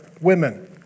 women